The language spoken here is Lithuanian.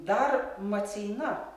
dar maceina